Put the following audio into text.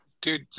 Dude